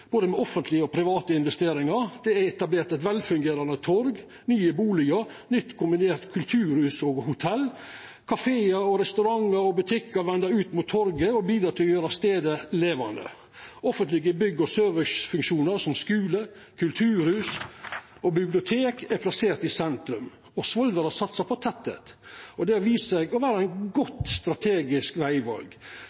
både med offentlege og private investeringar. Det er etablert eit velfungerande torg, nye bustader og nytt kombinert kulturhus og hotell, og kafear, restaurantar og butikkar vender ut mot torget og bidreg til å gjera staden levande. Offentlege bygg og servicefunksjonar, som skule, kulturhus og bibliotek, er plasserte i sentrum. Svolvær har òg satsa på tettleik. Det har vist seg å vera eit godt strategisk vegval. Byen har opplevd ein